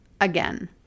again